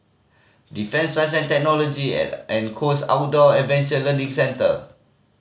Defence Science and Technology and Coast Outdoor Adventure Learning Centre